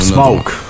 Smoke